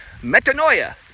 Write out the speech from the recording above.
metanoia